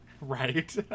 Right